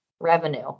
revenue